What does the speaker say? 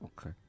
Okay